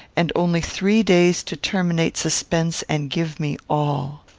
and only three days to terminate suspense and give me all.